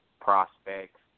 prospects